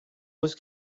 was